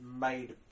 made